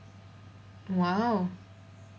!wow!